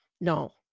no